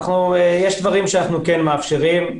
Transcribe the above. יש דברים שאנחנו כן מאפשרים,